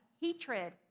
hatred